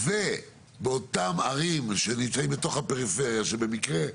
באותן ערים שנמצאות בתוך הפריפריה, שבמקרה,